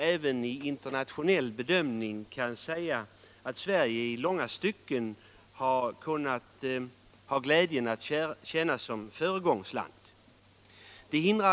Även i internationell bedömning kan man säga att Sverige i långa stycken haft glädjen att tjäna som föregångsland.